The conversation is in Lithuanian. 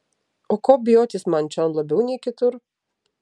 o ko bijotis man čion labiau nei kitur